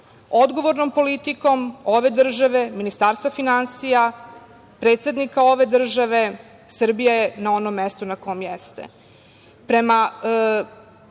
Odgovornom politikom ove države, Ministarstva finansija, predsednika ove države, Srbija je na onom mestu na kom jeste. Prema